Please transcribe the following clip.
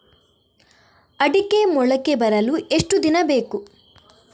ಅಡಿಕೆ ಮೊಳಕೆ ಬರಲು ಎಷ್ಟು ದಿನ ಬೇಕು?